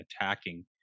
attacking